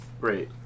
Great